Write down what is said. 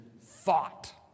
thought